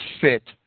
fit